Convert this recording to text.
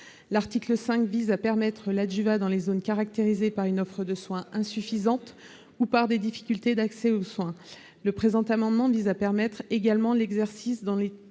L'article 5 vise à permettre l'adjuvat dans les zones caractérisées par une offre de soins insuffisante ou par des difficultés dans l'accès aux soins. Le présent amendement tend à permettre également l'exercice dans ces